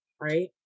right